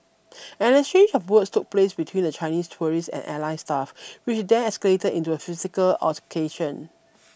an exchange of words took place between the Chinese tourists and airline staff which then escalated into a physical altercation